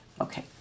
Okay